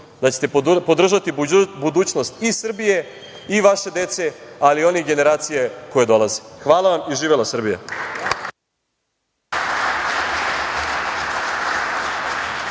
da ćete podržati budućnost i Srbije i vaše dece, ali i onih generacija koje dolaze. Hvala vam. Živela Srbija!